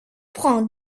prend